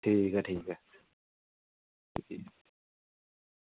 ठीक ऐ ठीक ऐ